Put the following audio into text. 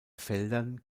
feldern